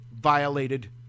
violated